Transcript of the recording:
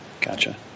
gotcha